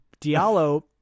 Diallo